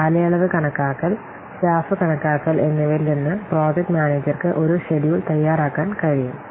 കാലയളവ് കണക്കാക്കൽ സ്റ്റാഫ് കണക്കാക്കൽ എന്നിവയിൽ നിന്ന് പ്രോജക്ട് മാനേജർക്ക് ഒരു ഷെഡ്യൂൾ തയ്യാറാക്കാൻ കഴിയും